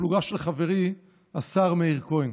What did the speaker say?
הפלוגה של חברי השר מאיר כהן.